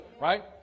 Right